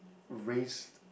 raised